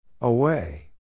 Away